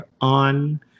on